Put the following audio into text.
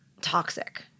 toxic